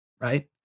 right